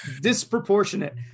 disproportionate